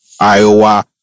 Iowa